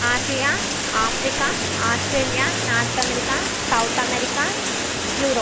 Asia Africa Australia north America south America Europe